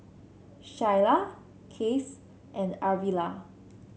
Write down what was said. Shyla Case and Arvilla